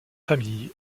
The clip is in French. famille